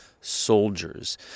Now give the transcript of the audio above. soldiers